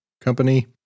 Company